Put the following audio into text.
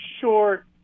short